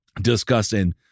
Discussing